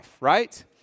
right